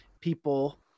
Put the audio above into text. people